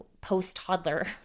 post-toddler